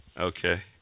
Okay